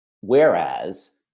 whereas